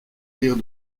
rire